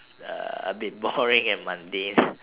uh a bit boring and mundane